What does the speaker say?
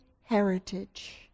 heritage